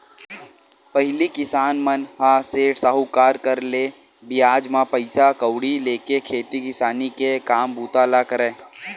पहिली किसान मन ह सेठ, साहूकार करा ले बियाज म पइसा कउड़ी लेके खेती किसानी के काम बूता ल करय